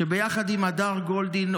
שביחד עם הדר גולדין,